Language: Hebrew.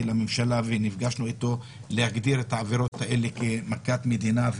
לממשלה ונפגשנו איתו להגדיר את העבירות האלה כמכת מדינה.